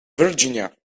virginia